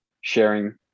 sharing